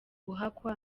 guhakwa